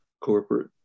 corporate